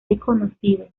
desconocido